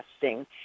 testing